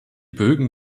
bögen